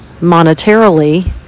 monetarily